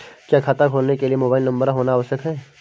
क्या खाता खोलने के लिए मोबाइल नंबर होना आवश्यक है?